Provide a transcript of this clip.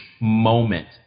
moment